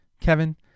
Kevin